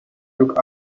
took